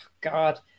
God